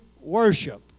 worship